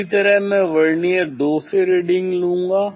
इसी तरह मैं वर्नियर 2 से रीडिंग लूँगा